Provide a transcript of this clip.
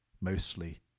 mostly